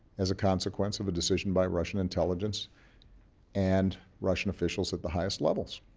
as a consequence of a decision by russian intelligence and russian officials at the highest levels.